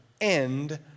end